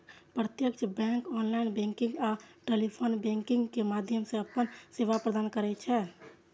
प्रत्यक्ष bank online banking आ telephone banking के माध्यम सं अपन सेवा प्रदान करै छै